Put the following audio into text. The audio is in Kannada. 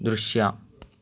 ದೃಶ್ಯ